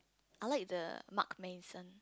I like the Marc-Mason